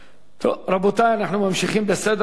רבותי, אנחנו ממשיכים בסדר-היום.